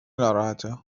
ناراحته